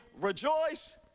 rejoice